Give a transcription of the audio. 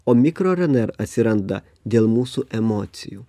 o mikro rnr atsiranda dėl mūsų emocijų